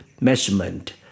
measurement